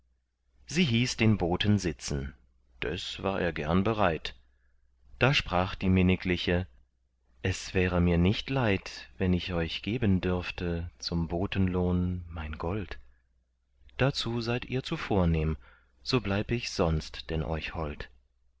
sie hieß den boten sitzen des war er gern bereit da sprach die minnigliche es wäre mir nicht leid wenn ich euch geben dürfte zum botenlohn mein gold dazu seid ihr zu vornehm so bleib ich sonst denn euch hold